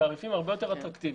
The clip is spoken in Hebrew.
בתעריפים הרבה יותר אטרקטיביים.